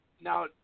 now